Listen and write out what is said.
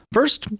First